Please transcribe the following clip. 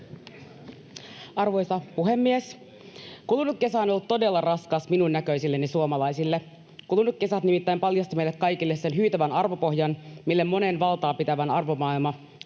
Arvoisa puhemies! Kulunut kesä on ollut todella raskas minun näköisilleni suomalaisille. Kulunut kesä nimittäin paljasti meille kaikille sen hyytävän arvopohjan, mille monen valtaa pitävän arvomaailma